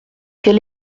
quel